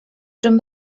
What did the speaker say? czym